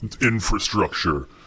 infrastructure